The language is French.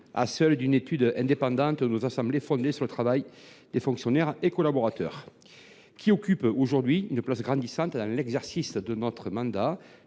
à celle d’une étude indépendante faite par nos assemblées, fondées sur le travail des fonctionnaires et collaborateurs, qui occupent aujourd’hui une place grandissante dans l’exercice de notre mandat.